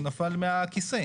הוא נפל מהכיסא.